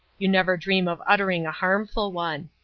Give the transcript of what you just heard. you never dream of uttering a harmful one.